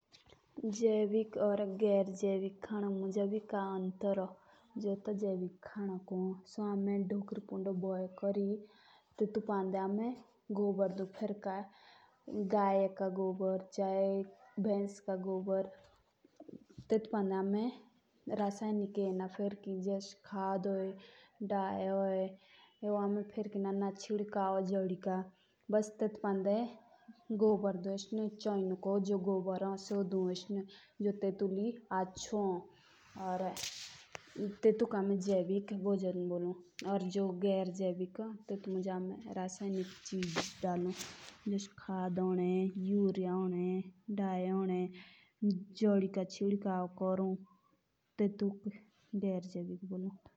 जेवी खानो या गेर जेवी खानो मुंज भूता अंतर हो जस जेवी खानो होन सो तो हमें ढोकरे पुंडो गोदर डाली कोरी रोन उगई। या जो गेर जेविक खानो होन टेटोक खाद दाल कोरी जुस युरिया रसायनिक खाद दाल कोरी रोन उगायी।